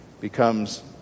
becomes